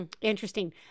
interesting